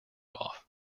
off